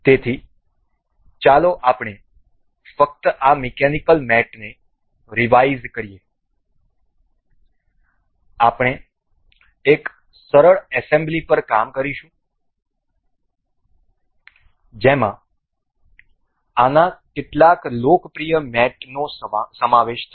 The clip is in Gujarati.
તેથી ચાલો આપણે ફક્ત આ મિકેનિકલ મેટને રિવાઇઝ કરીએ આપણે એક સરળ એસેમ્બલી પર કામ કરીશું જેમાં આના કેટલાક લોકપ્રિય મેટઓનો સમાવેશ થશે